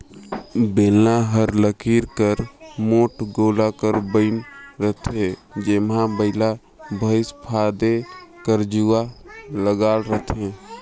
बेलना हर लकरी कर मोट गोला कर बइन रहथे जेम्हा बइला भइसा फादे कर जुवा लगल रहथे